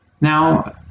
Now